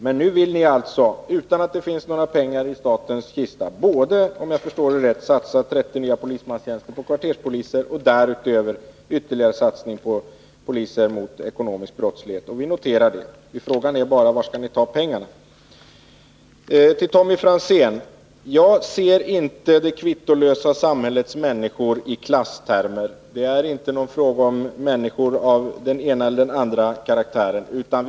Men ni vill alltså, om jag förstått er rätt, utan att det finns några pengar i statens kassakista satsa på 30 nya tjänster som kvarterspoliser och därutöver satsa på ytterligare polistjänster för bekämpning av den ekonomiska brottsligheten. Vi noterar det, men frågan är: Var skall ni ta pengarna? Till Tommy Franzén: Jag talar inte om det kvittolösa samhällets människor i klasstermer. Det är inte fråga om människor av den ena eller andra karaktären.